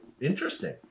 interesting